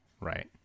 Right